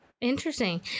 Interesting